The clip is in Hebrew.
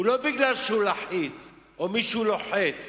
לא בגלל שהוא לחיץ או מישהו לוחץ,